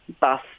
bus